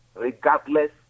regardless